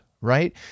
right